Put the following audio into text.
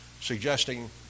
suggesting